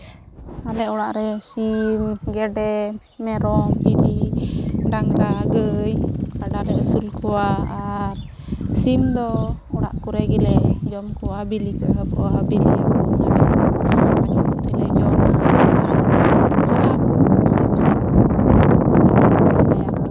ᱟᱞᱮ ᱚᱲᱟᱜ ᱨᱮ ᱥᱤᱢ ᱜᱮᱹᱰᱮ ᱢᱮᱨᱚᱢ ᱵᱷᱤᱰᱤ ᱰᱟᱝᱨᱟ ᱜᱟᱹᱭ ᱠᱟᱰᱟ ᱞᱮ ᱟᱹᱥᱩᱞ ᱠᱚᱣᱟ ᱟᱨ ᱥᱤᱢ ᱫᱚ ᱚᱲᱟᱜ ᱠᱚᱨᱮ ᱜᱮᱞᱮ ᱡᱚᱢ ᱠᱚᱣᱟ ᱵᱤᱞᱤ ᱠᱚ ᱮᱦᱚᱵᱚᱜᱼᱟ ᱵᱤᱞᱤ ᱡᱚᱢᱟ ᱢᱟᱡᱷᱮ ᱢᱚᱫᱽᱫᱷᱮ ᱞᱮ ᱡᱚᱢᱟ